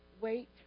Wait